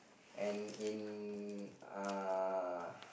and in uh